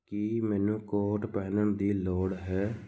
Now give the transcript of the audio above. ਕੀ ਮੈਨੂੰ ਕੋਟ ਪਹਿਨਣ ਦੀ ਲੋੜ ਹੈ